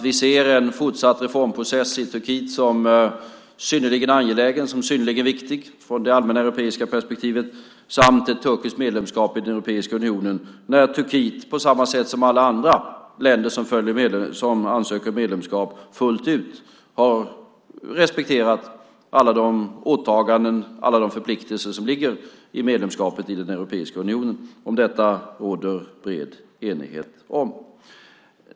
Vi ser en fortsatt reformprocess i Turkiet som synnerligen angelägen och synnerligen viktig från det allmänna europeiska perspektivet samt ett turkiskt medlemskap i Europeiska unionen när Turkiet, på samma sätt som alla andra länder som ansöker om medlemskap, fullt ut har respekterat alla de åtaganden och alla de förpliktelser som ligger i medlemskapet i Europeiska unionen. Om detta råder bred enighet.